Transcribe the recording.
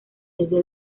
desde